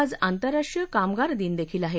आज आंतरराष्ट्रीय कामगार दिनदेखील आहे